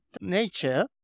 nature